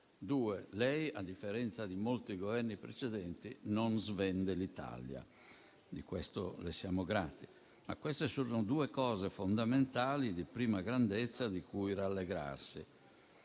luogo, a differenza di molti Governi precedenti, non svende l'Italia. Gliene siamo grati, ma queste sono due cose fondamentali, di primaria grandezza, di cui rallegrarsi.